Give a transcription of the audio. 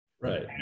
Right